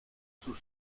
sus